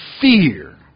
fear